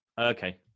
okay